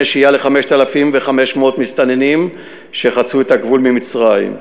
שהייה ל-5,500 מסתננים שחצו את הגבול ממצרים.